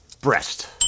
breast